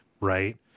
right